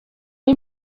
این